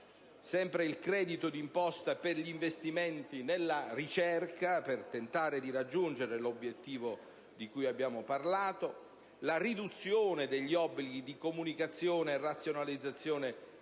Mezzogiorno e quello per gli investimenti nella ricerca, per tentare di raggiungere l'obiettivo di cui abbiamo parlato; la riduzione degli obblighi di comunicazione e razionalizzazione dei